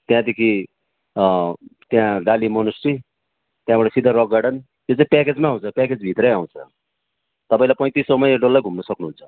त्यहाँदेखि त्यहाँ डाली मोनस्ट्री त्यहाँबाट सिधै रक गार्डन त्यो चाहिँ प्याकेजमै आउँछ प्याकेजभित्रै आउँछ तपाईँले पैँतिस सौमा यो डल्लै घुम्नु सक्नुहुन्छ